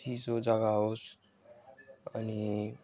चिसो जग्गा होस् अनि